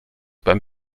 beim